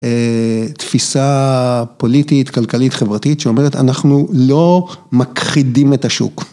תפיסה פוליטית, כלכלית, חברתית, שאומרת אנחנו לא מכחידים את השוק.